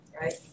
right